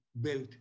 built